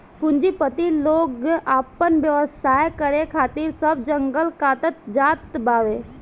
पूंजीपति लोग आपन व्यवसाय करे खातिर सब जंगल काटत जात बावे